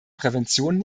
prävention